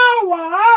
power